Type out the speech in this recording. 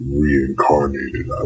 reincarnated